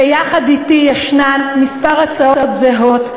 ויחד אתי יש כמה הצעות זהות,